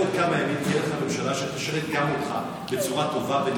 בעוד כמה ימים תהיה לך ממשלה שתשרת גם אותך בצורה טובה ונאמנה.